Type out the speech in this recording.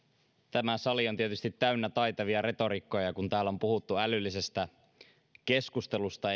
tämä sali on tietysti täynnä taitavia retorikkoja täällä on puhuttu älyllisestä keskustelusta